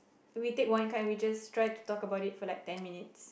we take one card and we just try to talk about it for like ten minutes